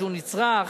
שהוא "נצרך"